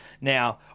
Now